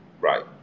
Right